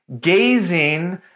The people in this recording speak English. gazing